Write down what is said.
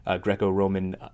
Greco-Roman